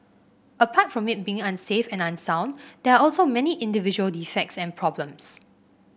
apart from it being unsafe and unsound there are also many individual defects and problems